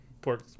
pork